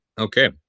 Okay